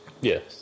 Yes